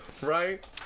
Right